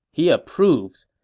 he approves.